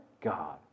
God